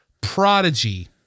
Prodigy